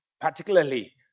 particularly